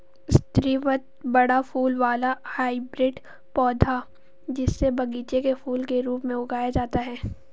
स्रीवत बड़ा फूल वाला हाइब्रिड पौधा, जिसे बगीचे के फूल के रूप में उगाया जाता है